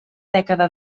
dècada